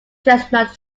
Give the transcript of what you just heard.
chestnut